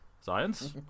Science